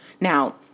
Now